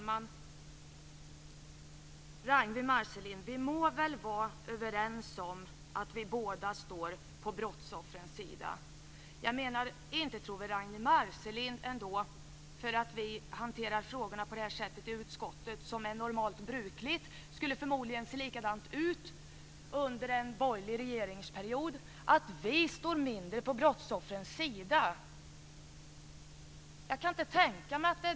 Fru talman! Vi må väl vara överens om att vi båda står på brottsoffrens sida. Inte tror väl Ragnwi Marcelind att vi, därför att vi hanterar frågorna på ett sätt som är normalt brukligt i utskottet - det skulle förmodligen se likadant ut under en borgerlig regeringsperiod - står på brottsoffrens sida i mindre grad?